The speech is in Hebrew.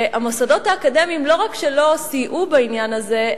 והמוסדות האקדמיים לא רק שלא סייעו בעניין הזה,